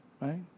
Right